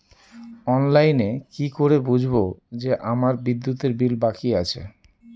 অনলাইনে কি করে বুঝবো যে আমার বিদ্যুতের বিল বাকি আছে?